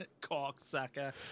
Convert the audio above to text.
Cocksucker